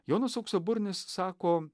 jonas auksaburnis sako